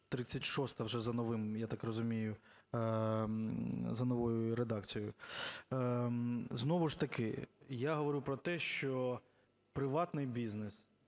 розумію, за новою редакцією. Знову ж таки я говорю про те, що приватний бізнес.